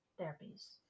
therapies